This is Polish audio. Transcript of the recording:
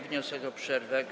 Wniosek o przerwę.